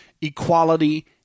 equality